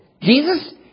Jesus